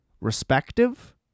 Respective